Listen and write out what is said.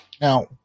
Now